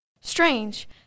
Strange